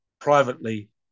privately